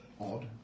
odd